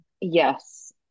yes